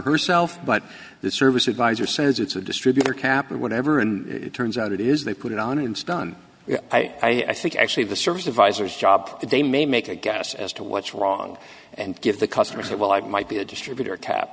herself but the service advisor says it's a distributor cap or whatever and it turns out it is they put it on and stun i think actually the service advisors job they may make a guess as to what's wrong and give the customer said well i might be a distributor cap